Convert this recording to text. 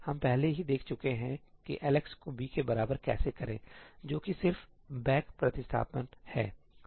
हम पहले ही देख चुके हैं कि Lx को b के बराबर कैसे करें जो कि सिर्फ बैक प्रतिस्थापन हैसही